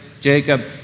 Jacob